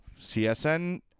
CSN